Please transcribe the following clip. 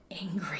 angry